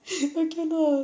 I cannot eh